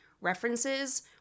references